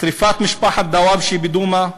שרפת משפחת דוואבשה בדומא,